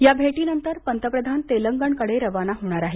या भेटीनंतर पंतप्रधान तेलंगणाकडे रवाना होणार आहेत